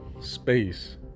space